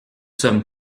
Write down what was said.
sommes